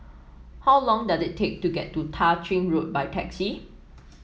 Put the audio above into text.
how long does it take to get to Tah Ching Road by taxi